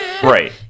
Right